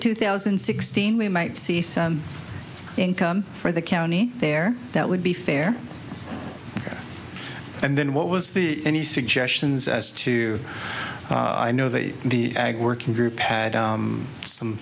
two thousand and sixteen we might see some income for the county there that would be fair and then what was the any suggestions as to know that the ag working group had some